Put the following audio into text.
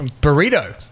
Burrito